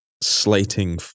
slating